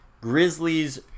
Grizzlies